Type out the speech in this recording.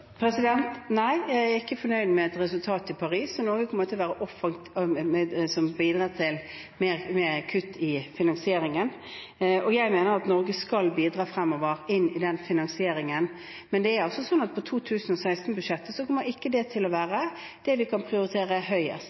Nei, jeg er ikke fornøyd med et resultat i Paris som bidrar til mer kutt i finansieringen. Jeg mener at Norge skal bidra i den finansieringen fremover. Men det er sånn at det ikke kommer til å være det vi kan prioritere høyest